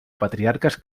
patriarques